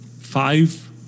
five